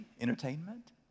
entertainment